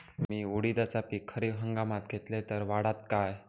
मी उडीदाचा पीक खरीप हंगामात घेतलय तर वाढात काय?